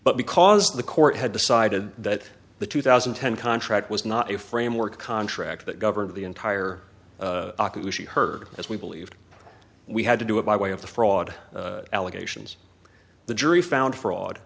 but because the court had decided that the two thousand and ten contract was not a framework contract that governs the entire herd as we believed we had to do it by way of the fraud allegations the jury found fraud